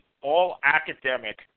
all-academic